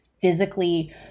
physically